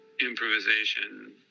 improvisation